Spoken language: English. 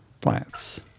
Plants